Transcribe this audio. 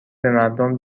بمردم